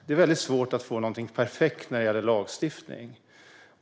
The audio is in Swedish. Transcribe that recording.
Det är svårt att få någonting perfekt när det gäller lagstiftning.